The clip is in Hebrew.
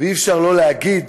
ואי-אפשר שלא להגיד